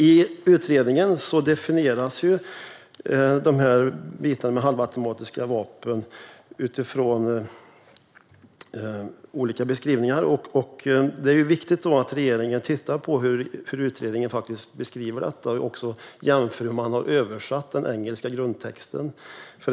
I utredningen definieras halvautomatiska vapen utifrån olika beskrivningar. Det är viktigt att regeringen tittar på hur utredningen beskriver detta och även jämför hur man har översatt den engelska grundtexten.